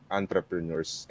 entrepreneurs